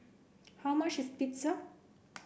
how much is Pizza